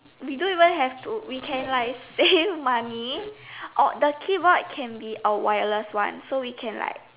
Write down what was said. we don't even have to we can like save money or the keyboard can be a wireless one so we can like